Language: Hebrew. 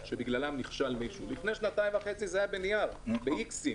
שלב הראשון היה רפורמה בבחינה, השלב השני,